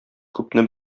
күпне